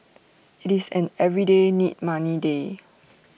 IT is an everyday need money day